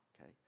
okay